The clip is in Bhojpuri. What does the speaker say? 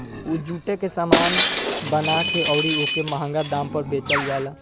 उ जुटे के सामान बना के अउरी ओके मंहगा दाम पर बेचल जाला